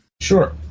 sure